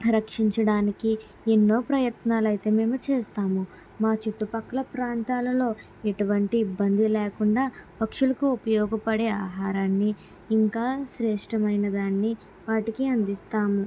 రక్షించడానికి ఎన్నో ప్రయత్నాలు అయితే మేము చేస్తాము మా చుట్టుపక్కల ప్రాంతాల్లో ఎటువంటి ఇబ్బంది లేకుండా పక్షులకు ఉపయోగపడే ఆహారాన్ని ఇంకా శ్రేష్టమైన దాన్ని వాటికి అందిస్తాము